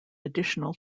additional